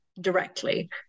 directly